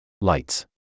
Lights